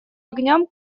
огням